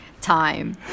Time